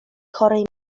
chorej